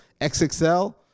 XXL